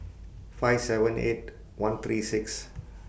five seven eight one three six